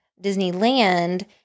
Disneyland